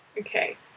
Okay